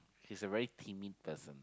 he's a very timid person